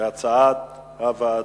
כהצעת הוועדה.